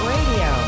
Radio